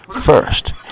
first